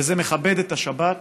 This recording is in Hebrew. וזה מכבד את השבת